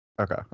Okay